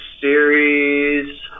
series